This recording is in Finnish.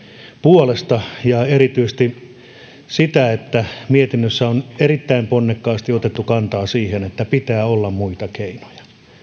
puolesta ja erityisesti siitä että mietinnössä on erittäin ponnekkaasti otettu kantaa siihen että pitää olla muita keinoja